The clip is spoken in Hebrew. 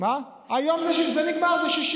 היום זה 60?